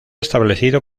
establecido